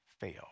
fail